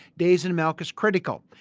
days in milk is critical.